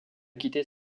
quitter